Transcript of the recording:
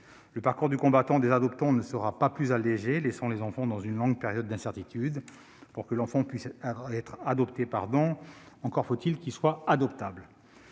Le parcours du combattant des adoptants ne sera pas plus allégé, laissant les enfants dans une longue période d'incertitude. Pour que l'enfant puisse être adopté, encore faut-il qu'il soit adoptable.